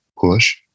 Push